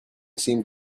seemed